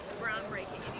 groundbreaking